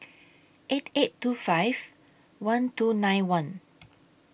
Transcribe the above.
eight eight two five one two nine one